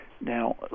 Now